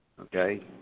okay